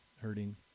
hurting